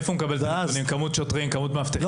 מאיפה הוא מקבל כמות שוטרים וכמות מאבטחים?